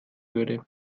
würde